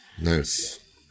Nice